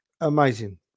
amazing